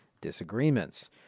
disagreements